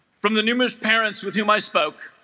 from the numerous parents with whom i spoke